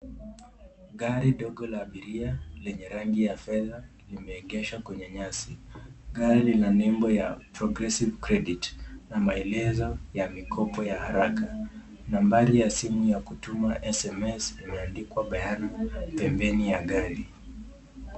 Gari dogo la abiria lenye rangi ya fedha limeegeshwa kwenye nyasi. Gari la nembo ya Progressive Credit na maelezo ya mikopo ya haraka. Nambari ya simu ni ya kutuma SMS imeandikwa bayana pembeni ya gari.